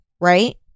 Right